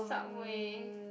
Subway